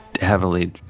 heavily